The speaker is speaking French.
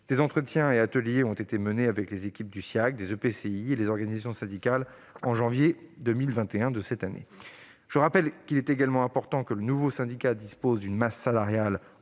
des entretiens et ateliers ont été menés avec les équipes du Siaeag, des EPCI et les organisations syndicales en janvier 2021. Il est également important que le nouveau syndicat dispose d'une masse salariale